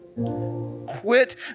Quit